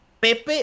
Pepe